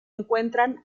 encuentran